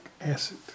acid